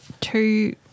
two